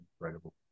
Incredible